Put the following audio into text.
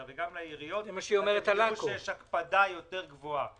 וגם לעיריות תראו שיש הקפדה גבוהה יותר.